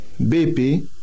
BP